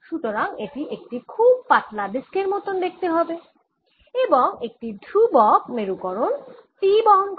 সুতরাং এটি একটি খুব পাতলা ডিস্ক এর মত দেখতে হবে এবং এটি ধ্রুবক মেরুকরণ P বহন করে